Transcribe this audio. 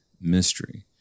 mystery